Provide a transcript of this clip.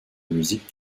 musique